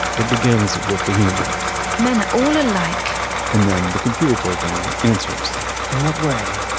that begins with the human men are all alike and then the computer program answers in what way?